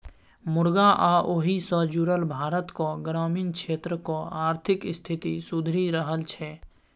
मुरगा आ ओहि सँ जुरल भारतक ग्रामीण क्षेत्रक आर्थिक स्थिति सुधरि रहल छै